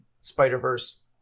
Spider-Verse